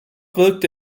wirkte